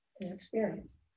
experience